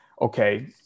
okay